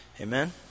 Amen